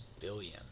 billion